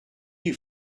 you